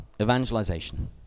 evangelization